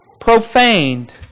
profaned